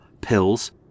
pills